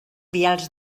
vials